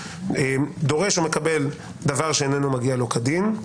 דורש או מקבל דבר שאיננו מגיע לו כדין,